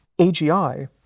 AGI